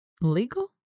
legal